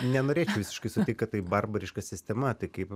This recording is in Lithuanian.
nenorėk visiškai sakė kad tai barbariška sistema tai kaip